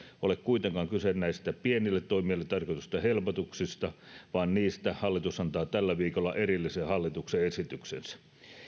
ole kuitenkaan kyse näistä pienille toimijoille tarkoitetuista helpotuksista vaan niistä hallitus antaa tällä viikolla erillisen hallituksen esityksensä